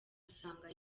dusanga